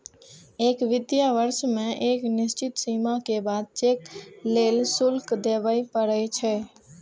एक वित्तीय वर्ष मे एक निश्चित सीमा के बाद चेक लेल शुल्क देबय पड़ै छै